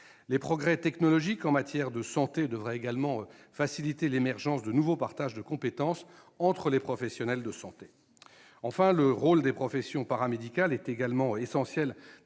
Les progrès technologiques en matière de santé devraient également faciliter l'émergence de nouveaux partages de compétences entre les professionnels de santé. Le rôle des professions paramédicales est aussi essentiel